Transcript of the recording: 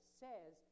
says